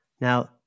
Now